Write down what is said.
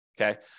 okay